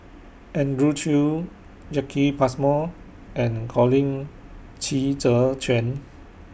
Andrew Chew Jacki Passmore and Colin Qi Zhe Quan